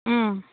ও